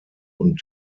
und